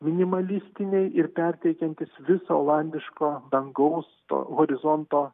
minimalistiniai ir perteikiantys viso olandiško dangaus to horizonto